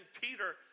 Peter